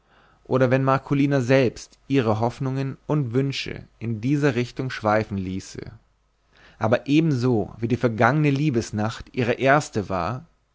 oder wenn marcolina selbst ihre hoffnungen und wünsche in dieser richtung schweifen ließe aber ebenso wie die vergangene liebesnacht ihre erste war